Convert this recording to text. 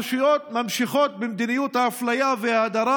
הרשויות ממשיכות במדיניות האפליה וההדרה,